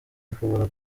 ushobora